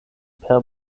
per